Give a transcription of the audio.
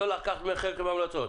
לא לקחת חלק מההמלצות.